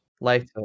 Later